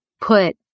put